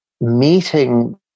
meeting